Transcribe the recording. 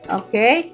okay